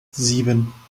sieben